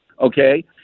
okay